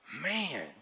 man